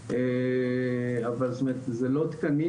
אבל זה לא תקנים,